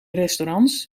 restaurants